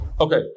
Okay